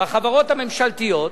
החברות הממשלתיות,